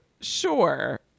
sure